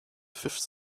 fifth